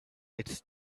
it’s